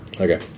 Okay